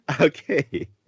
Okay